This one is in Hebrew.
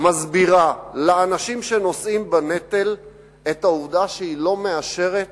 מסבירה לאנשים שנושאים בנטל את העובדה שהיא לא מאשרת